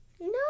No